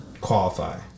qualify